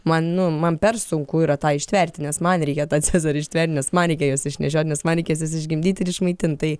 man nu man per sunku yra tą ištverti nes man reikia tą cezarį ištvert nes man reikia juos išnešiot nes man reikės juos išgimdyti ir išmaitint tai